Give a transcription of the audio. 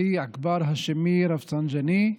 עלי אכבר האשמי רפסנג'אני,